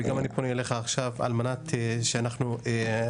וגם אני פונה אליך עכשיו על מנת שאנחנו ננסה